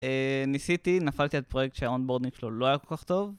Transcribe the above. ניסיתי, נפלתי על פרויקט שהאונבורדינג שלו לא היה כל כך טוב